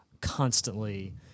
constantly